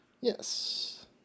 Yes